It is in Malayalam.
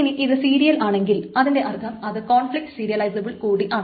ഇനി ഇത് സീരിയൽ ആണെങ്കിൽ അതിൻറെ അർത്ഥം അത് കോൺഫ്ലിക്റ്റ് സീരിയലിസബിൾ കൂടിയാണ്